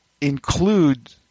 include